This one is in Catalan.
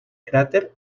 cràter